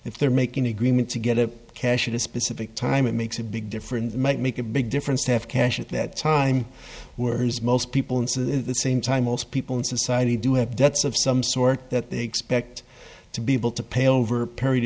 if they're making agreements to get cash at a specific time it makes a big difference might make a big difference to have cash at that time were most people and so the same time most people in society do have debts of some sort that they expect to be able to pay over a period